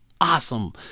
awesome